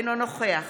אינו נוכח